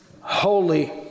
Holy